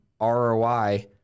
ROI